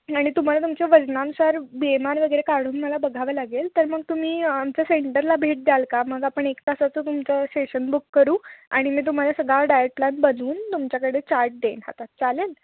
आणि तुम्हाला तुमच्या वजनानुसार बी एम आर वगैरे काढून मला बघावं लागेल तर मग तुम्ही आमच्या सेंटरला भेट द्याल का मग आपण एक तासाचं तुमचं शेशन बुक करू आणि मी तुम्हाला सगळा डायट प्लॅन बनवून तुमच्याकडे चार्ट देईन हातात चालेल